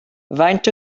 faint